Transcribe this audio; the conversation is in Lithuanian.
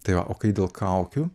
tai va o kai dėl kaukių